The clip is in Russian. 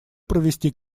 провести